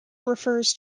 refers